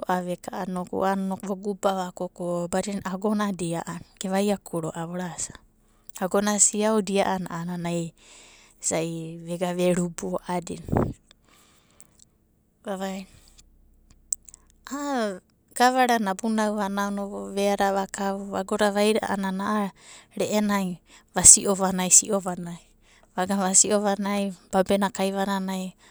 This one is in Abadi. ro'ava a'ana inoku voguba vakoko badina agona dia'ana gevaiaku ro'ava, agona siau dia'ana a'anai isa'i vega verubu a'adina vavaina a'a gavarana abunau vanau veada vakau agoda vaida a'anana a'a re'enai vasi'o vanai si'o vanai. Vaga vasi'o vanai babena kaivananai.